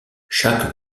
chaque